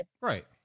Right